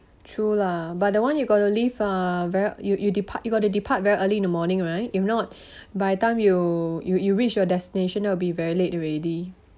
true lah but that one you got to leave uh very you you depart you got to depart very early in the morning right if not by the time you you you reach your destination will be very late already